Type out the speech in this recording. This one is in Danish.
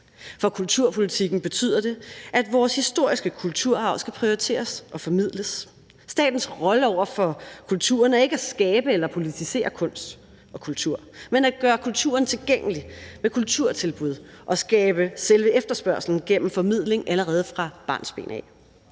For kulturpolitikken betyder det, at vores historiske kulturarv skal prioriteres og formidles. Statens rolle over for kulturen er ikke at skabe eller politisere kunst og kultur, men at gøre kulturen tilgængelig med kulturtilbud og skabe selve efterspørgslen gennem formidling allerede fra barnsben af.